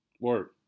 Word